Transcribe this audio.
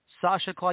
Sasha